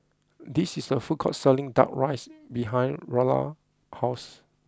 there is a food court selling Duck Rice behind Lara's house